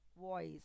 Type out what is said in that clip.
voice